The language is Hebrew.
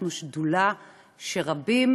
אנחנו שדולה שרבים